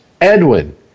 Edwin